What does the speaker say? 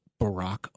Barack